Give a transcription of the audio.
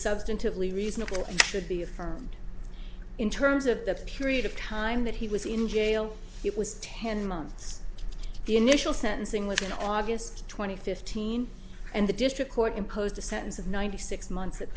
substantively reason should be affirmed in terms of the period of time that he was in jail it was ten months the initial sentencing was in august twenty fifteen and the district court imposed a sentence of ninety six months at